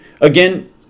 Again